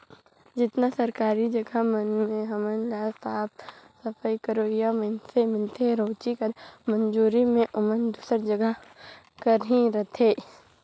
जेतना सरकारी जगहा मन में हमन ल साफ सफई करोइया मइनसे मिलथें रोजी कर मंजूरी में ओमन दूसर जगहा कर ही रहथें